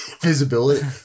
Visibility